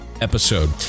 episode